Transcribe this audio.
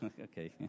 Okay